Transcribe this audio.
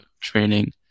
training